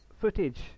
footage